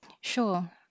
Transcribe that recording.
Sure